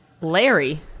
Larry